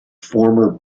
former